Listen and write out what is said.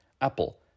Apple